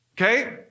Okay